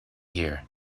here